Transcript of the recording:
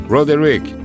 Roderick